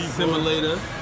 simulator